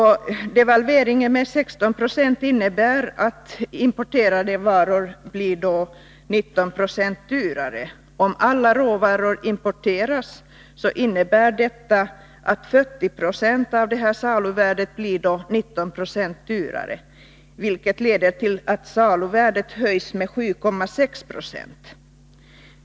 En devalvering med 16 90 innebär att importerade varor blir 19 90 dyrare. Om alla råvaror importeras innebär detta att 40 20 av saluvärdet blir 19 90 dyrare, vilket leder till att saluvärdet höjs med 7,6 26.